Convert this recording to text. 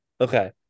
Okay